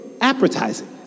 advertising